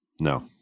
no